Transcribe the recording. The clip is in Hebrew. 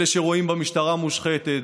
אלה שרואים במשטרה מושחתת,